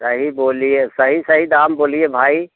सही बोलिए सही सही दाम बोलिए भाई